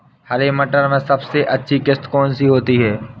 हरे मटर में सबसे अच्छी किश्त कौन सी होती है?